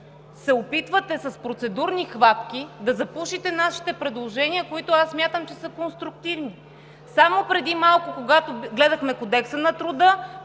се опитвате с процедурни хватки да запушите нашите предложения, които аз смятам, че са конструктивни. Само преди малко, когато гледахме Кодекса на труда,